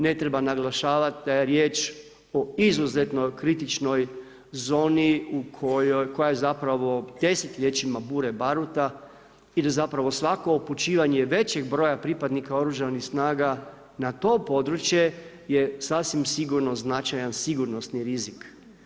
Ne treba naglašavati da je riječ o izuzetno kritičnoj zoni koja je zapravo desetljećima bure baruta i da svako upućivanje većeg broja pripadnika oružanih snaga na to područje je sasvim sigurno značajan sigurnosni rizik.